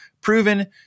proven